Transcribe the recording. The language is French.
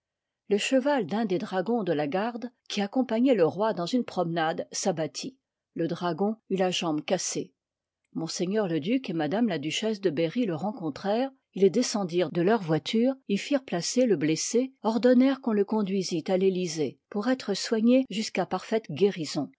le cheval d'un des dragons de la garde qui accompagnoient le ïloi dans une promenade s'abattit le dragon eut la jambe cassée ms'le duc et m la duchesse de berry le rencontrèrent ils descendirent de leur voiture y firent placer le blessé ordonnèrent qu'on le conduisît à l'elysée pour être soigne jusqu'à parfaite guérison